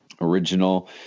original